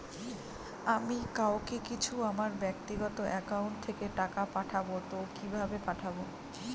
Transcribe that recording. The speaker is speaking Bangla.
আমি কাউকে কিছু আমার ব্যাক্তিগত একাউন্ট থেকে টাকা পাঠাবো তো কিভাবে পাঠাবো?